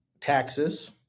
taxes